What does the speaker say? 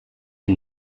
est